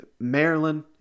Maryland